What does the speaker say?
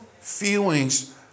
feelings